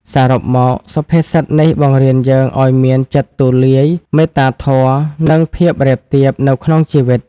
សរុបមក សុភាសិតនេះបង្រៀនយើងឱ្យមានចិត្តទូលាយ មេត្តាធម៌ និងភាពរាបទាប នៅក្នុងជីវិត។